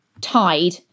tied